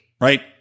right